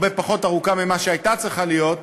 הרבה פחות ארוכה ממה שהייתה צריכה להיות,